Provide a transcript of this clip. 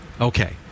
Okay